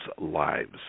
lives